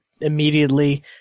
Immediately